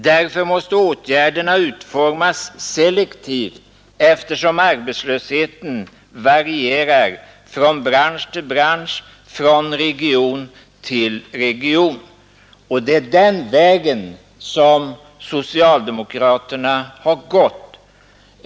Därför måste åtgärderna utformas selektivt, eftersom arbetslösheten varierar från bransch till bransch, från region till region. Det är den vägen som socialdemokraterna gått.